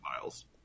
miles